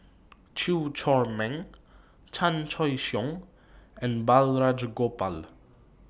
Chew Chor Meng Chan Choy Siong and Balraj Gopal